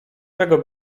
czego